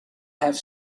have